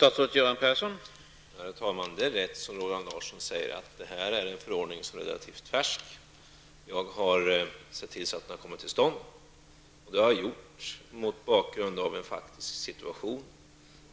Herr talman! Det är rätt, som Roland Larsson säger, att den här förordningen är relativt färsk. Jag har sett till att den har kommit till stånd. Det har jag gjort mot bakgrund av en faktiskt situation